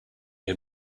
had